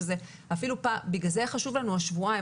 לכן חשובים לנו השבועיים.